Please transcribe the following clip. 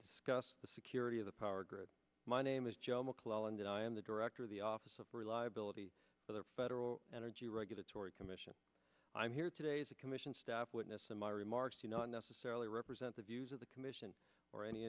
discuss the security of the power grid my name is joe mcclelland i am the rector of the office of reliability for their federal energy regulatory commission i'm here today as a commission staff witness in my remarks you not necessarily represent the views of the commission or any